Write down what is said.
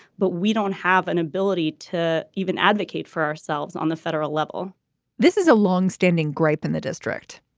but we don't have an ability to even advocate for ourselves on the federal level this is a longstanding gripe in the district.